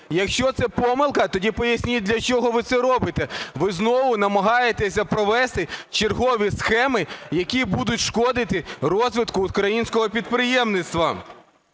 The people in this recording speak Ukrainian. Якщо це помилка, тоді поясніть для чого ви це робите? Ви знову намагаєтесь провести чергові схеми, які будуть шкодити розвитку українського підприємництва.